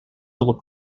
little